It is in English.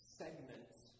segments